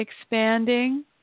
expanding